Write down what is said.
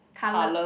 coloured